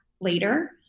later